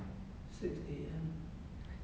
sixty